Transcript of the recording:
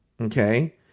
Okay